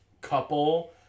couple